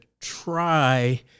try